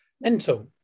Mental